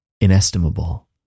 inestimable